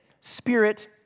spirit